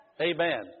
Amen